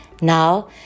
Now